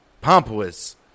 pompous